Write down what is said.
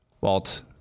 Walt